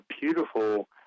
beautiful